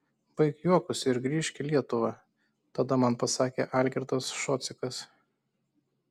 baik juokus ir grįžk į lietuvą tada man pasakė algirdas šocikas